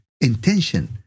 intention